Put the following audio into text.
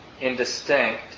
indistinct